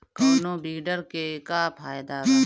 कौनो वीडर के का फायदा बा?